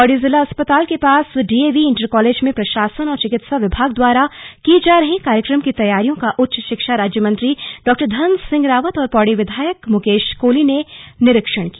पौड़ी जिला अस्पताल के पास डीएवी इंटर कॉलेज में प्रशासन और चिकित्सा विभाग द्वारा की जा रही कार्यक्रम की तैयारियों का उच्च शिक्षा राज्य मंत्री धन सिंह रावत और पौड़ी विधायक मुकेश कोली ने निरीक्षण किया